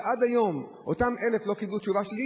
עד היום אותם 1,000 לא קיבלו תשובה שלילית,